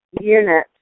unit